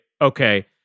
Okay